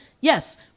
Yes